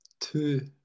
two